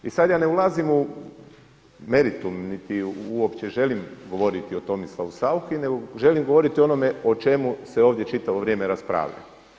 I sada ja ne ulazim u meritum niti uopće želim govoriti o Tomislavu SAuchi nego želim govoriti o onome o čemu se ovdje čitavo vrijeme raspravlja.